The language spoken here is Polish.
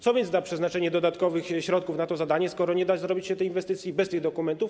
Co więc da przeznaczenie dodatkowych środków na to zadanie, skoro nie da zrealizować się tej inwestycji bez tych dokumentów?